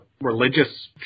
religious